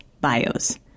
bios